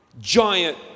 giant